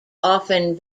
often